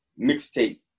mixtape